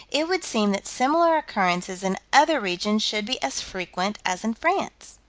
it would seem that similar occurrences in other regions should be as frequent as in france.